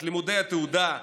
את לימודי התעודה,